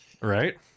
Right